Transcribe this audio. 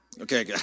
Okay